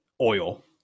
oil